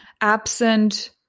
absent